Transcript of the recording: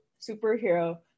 superhero